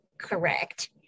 correct